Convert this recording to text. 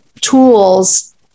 tools